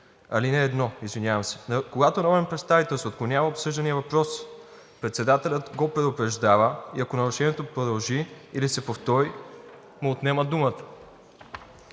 чл. 51, ал. 1: „Когато народен представител се отклонява от обсъждания въпрос, председателят го предупреждава и ако нарушението продължи или се повтори, му отнема думата.“